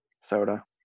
Soda